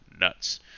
nuts